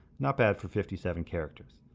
not bad for fifty seven characters.